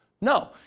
No